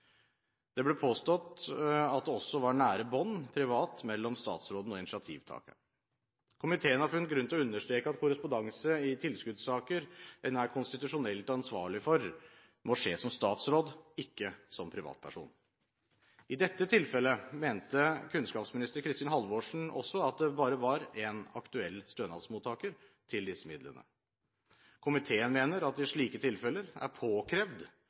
Det ble påstått at det også var nære bånd privat mellom statsråden og initiativtakeren. Komiteen har funnet grunn til å understreke at korrespondanse i tilskuddssaker en er konstitusjonelt ansvarlig for, må skje som statsråd, ikke som privatperson. I dette tilfellet mente kunnskapsminister Kristin Halvorsen også at det bare var én aktuell stønadsmottaker til disse midlene. Komiteen mener at det i slike tilfeller er påkrevd